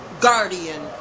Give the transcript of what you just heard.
guardian